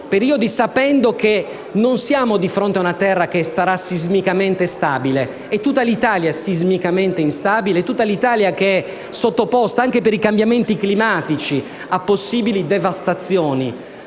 periodi, sapendo che non siamo di fronte a una terra che sarà sismicamente stabile: tutta l'Italia è sismicamente instabile ed è sottoposta, anche per i cambiamenti climatici, a possibili devastazioni